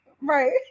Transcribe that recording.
Right